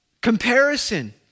comparison